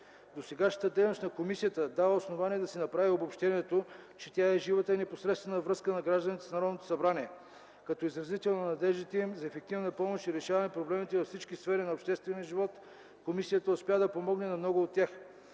Досегашната дейност на комисията дава основание да се направи обобщението, че тя е живата и непосредствена връзка на гражданите с Народното събрание. Като изразител на надеждите им за ефективна помощ и решаване на проблеми във всички сфери на обществения живот, комисията успя да помогне на много от тях.